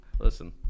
Listen